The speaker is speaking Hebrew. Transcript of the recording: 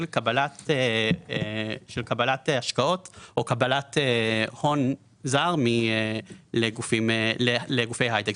קבלת השקעות או קבלת הון זר לגופי הייטק.